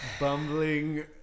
bumbling